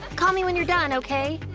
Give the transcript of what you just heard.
call me when you're done, okay?